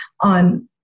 on